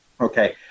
Okay